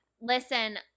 listen